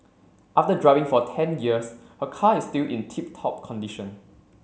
after driving for ten years her car is still in tip top condition